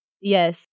Yes